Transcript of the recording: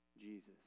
Jesus